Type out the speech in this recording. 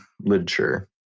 literature